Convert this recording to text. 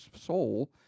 soul